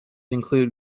include